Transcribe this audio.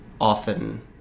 often